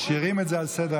משאירים את זה על סדר-היום,